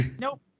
Nope